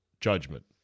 judgment